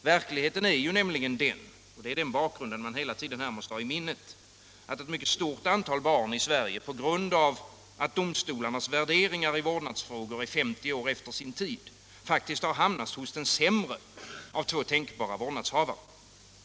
Verkligheten är ju — och den bakgrunden måste man hela tiden ha i minnet — att ett stort antal barn i Sverige, på grund av att domstolarnas värderingar i vårdnadsfrågor är 50 år efter sin tid, faktiskt har hamnat hos den sämre av två tänkbara vårdnadshavare.